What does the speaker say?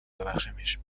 ببخشمش